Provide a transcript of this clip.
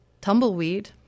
Tumbleweed